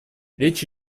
речь